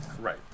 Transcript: Right